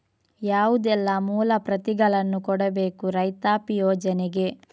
ಯಾವುದೆಲ್ಲ ಮೂಲ ಪ್ರತಿಗಳನ್ನು ಕೊಡಬೇಕು ರೈತಾಪಿ ಯೋಜನೆಗೆ?